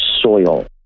soil